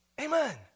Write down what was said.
Amen